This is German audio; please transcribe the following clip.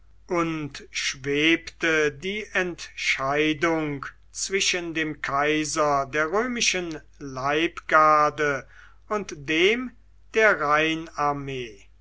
und schwebte die entscheidung zwischen dem kaiser der römischen leibgarde und dem der